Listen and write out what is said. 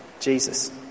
Jesus